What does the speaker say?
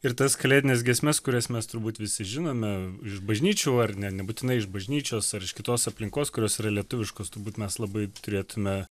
ir tas kalėdines giesmes kurias mes turbūt visi žinome iš bažnyčių ar ne nebūtinai iš bažnyčios ar iš kitos aplinkos kurios yra lietuviškos turbūt mes labai turėtume